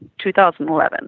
2011